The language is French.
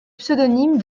pseudonyme